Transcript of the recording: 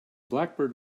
blackbird